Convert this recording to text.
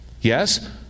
Yes